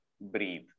breathe